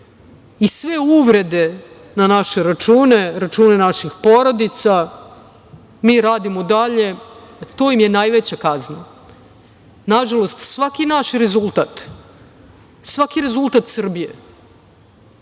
i sve uvrede na naše račune, račune naših porodica, mi radimo dalje. To im je najveća kazna. Nažalost, svaki naš rezultat, svaki rezultat Srbije